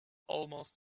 almost